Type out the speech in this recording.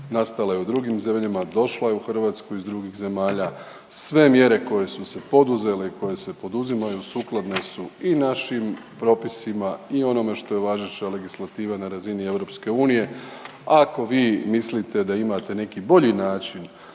nastala je u drugim zemljama, došla je u Hrvatsku iz drugih zemalja. Sve mjere koje su se poduzele i koje se poduzimaju sukladne su i našim propisima i onome što je važeća legislativa na razini EU. Ako vi mislite da imate neki bolji način